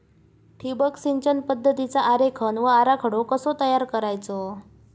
ठिबक सिंचन पद्धतीचा आरेखन व आराखडो कसो तयार करायचो?